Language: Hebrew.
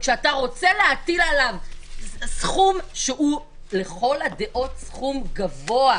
שאתה רוצה להטיל עליו סכום שהוא לכל הדעות סכום גבוה.